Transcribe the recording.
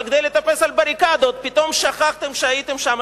אבל כדי לטפס על בריקדות פתאום שכחתם שהייתם שם.